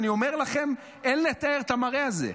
אני אומר לכם, אין לתאר את המראה הזה.